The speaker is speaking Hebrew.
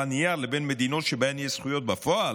הנייר לבין מדינות שבהן יש זכויות בפועל"